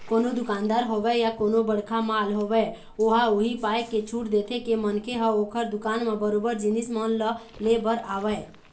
कोनो दुकानदार होवय या कोनो बड़का मॉल होवय ओहा उही पाय के छूट देथे के मनखे ह ओखर दुकान म बरोबर जिनिस मन ल ले बर आवय